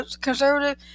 conservative